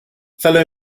fellow